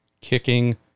Kicking